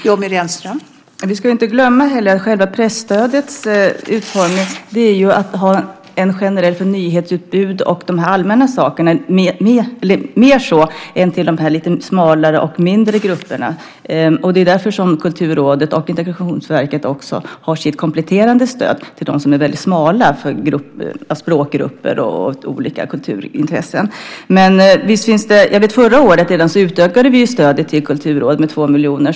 Fru talman! Vi ska inte glömma att själva presstödets utformning är att mer ha ett generellt stöd för nyhetsutbud och de allmänna sakerna än att ha ett stöd till de lite smalare och mindre grupperna. Det är därför som Kulturrådet och Integrationsverket också har sitt kompletterande stöd till dem som är väldigt smala. Det gäller olika språkgrupper och kulturintressen. Redan förra året utökade vi stödet till Kulturrådet med 2 miljoner.